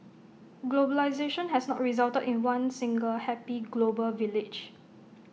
globalisation has not resulted in one single happy global village